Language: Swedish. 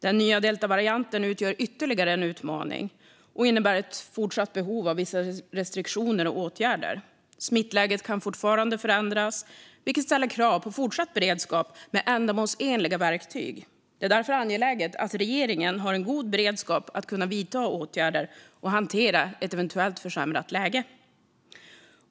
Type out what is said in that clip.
Den nya deltavarianten utgör ytterligare en utmaning och innebär ett fortsatt behov av vissa restriktioner och åtgärder. Smittläget kan fortfarande förändras, vilket ställer krav på fortsatt beredskap med ändamålsenliga verktyg. Det är därför angeläget att regeringen har en god beredskap att kunna vidta åtgärder och hantera ett eventuellt försämrat läge.